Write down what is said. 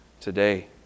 today